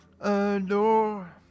adore